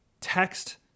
text